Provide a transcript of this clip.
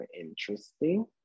interesting